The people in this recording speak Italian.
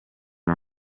non